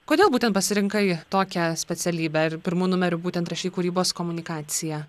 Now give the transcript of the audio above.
kodėl būtent pasirinkai tokią specialybę pirmu numeriu būtent rašei kūrybos komunikaciją